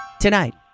Tonight